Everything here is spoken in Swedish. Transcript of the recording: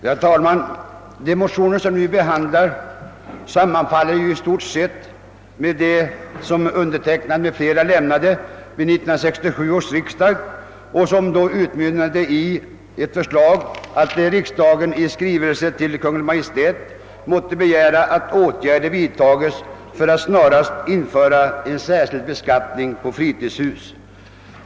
Herr talman! De motioner som vi nu behandlar sammanfaller i stort sett med dem som jag m.fl. väckte vid 1967 års riksdag och som utmynnade i eit förslag att riksdagen i skrivelse till Kungl. Maj:t måtte begära att åtgärder vidtogs för att snarast införa en särskild beskattning på fritidshus.